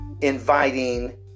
inviting